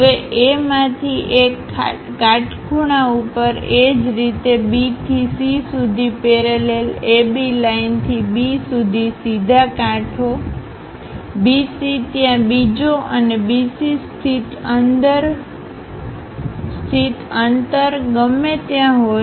હવે A માંથી એક કાટખૂણે ઉપર એ જ રીતે B થી C સુધી પેરેલલ AB લાઇનથી B સુધી સીધા કાંઠો BC ત્યાં બીજો અને BC સ્થિત અંતર ગમે ત્યાં હોય